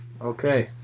Okay